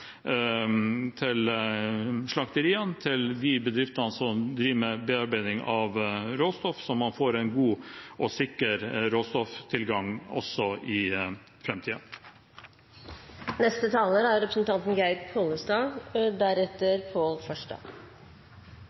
til slakteriene og de bedriftene som driver med bearbeiding av råstoff, sånn at man får en god og sikker råstofftilgang også i framtiden. Jeg vil også starte med å takke saksordføreren for den jobben som er